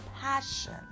passion